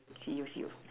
see you see you